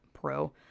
pro